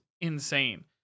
insane